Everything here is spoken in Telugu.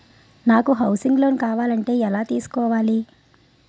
నాకు హౌసింగ్ లోన్ కావాలంటే ఎలా తీసుకోవాలి?